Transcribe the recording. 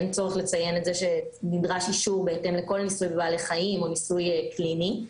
אין צורך לציין שנדרש אישור בהתאם לכל ניסוי בבעלי חיים או ניסוי קליני.